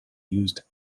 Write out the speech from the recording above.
used